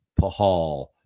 Pahal